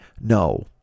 No